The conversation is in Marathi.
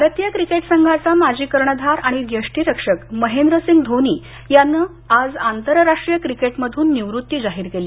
भारतीय क्रिकेट संघाचा माजी कर्णधार आणि यष्टीरक्षक महेंद्रसिंग धोनी यानं आज आंतरराष्ट्रीय क्रिकेटमधून निवृत्ती जाहीर केली